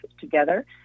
together